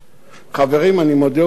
חברים, אני מודה ומתוודה,